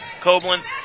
Koblenz